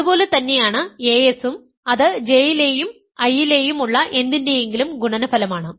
അതുപോലെ തന്നെയാണ് as ഉം അത് J ലെയും I ലെയും ഉള്ള എന്തിൻറെയെങ്കിലും ഗുണനഫലമാണ്